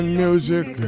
music